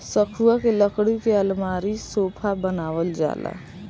सखुआ के लकड़ी के अलमारी, सोफा बनावल जाला